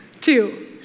Two